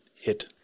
hit